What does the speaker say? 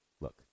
look